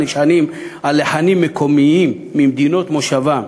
הנשענים על לחנים מקומיים ממדינות מושבם,